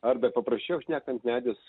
arba paprasčiau šnekant medis